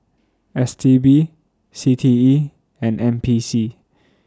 S T B C T E and N P C